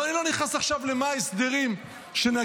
ואני לא נכנס עכשיו למה ההסדרים שנגיע,